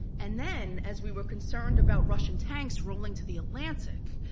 and then, as we were concerned about russian tanks rolling to the atlantic,